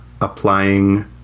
applying